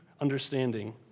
understanding